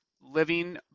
living